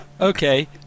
okay